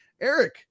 Eric